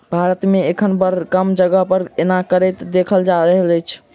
भारत मे एखन बड़ कम जगह पर एना करैत देखल जा रहल अछि